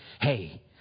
Hey